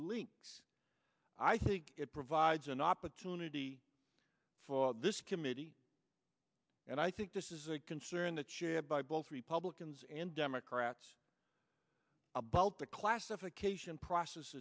link i think it provides an opportunity for this committee and i think this is a concern that shared by both republicans and democrats about the classification process